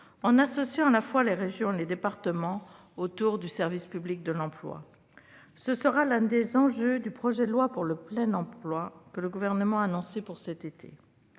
en associant les régions et les départements autour du service public de l'emploi. Ce sera l'un des enjeux du projet de loi pour le plein emploi que le Gouvernement a annoncé pour l'été